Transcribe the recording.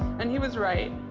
and he was right.